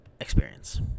experience